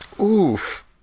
Oof